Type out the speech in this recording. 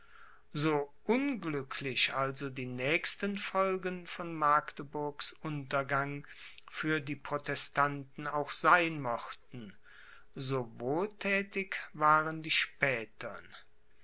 so unglücklich also die nächsten folgen von magdeburgs untergang für die protestanten auch sein mochten so wohlthätig waren die spätern